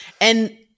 And-